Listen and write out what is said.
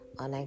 on